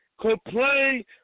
complain